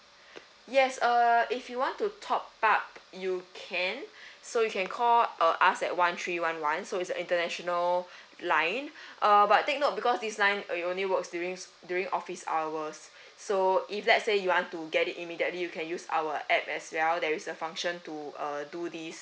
yes uh if you want to top up you can so you can call uh us that one three one one so it's the international line uh but take note because this line uh it will only works during sc~ during office hours so if let say you want to get it immediately you can use our app as well there is a function to uh do this